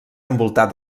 envoltar